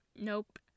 Nope